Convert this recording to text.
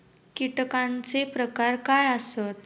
कीटकांचे प्रकार काय आसत?